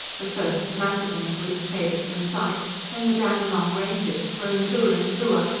but first the macedon group faded from sight then the dandenong ranges, grown bluer and bluer,